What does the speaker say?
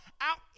out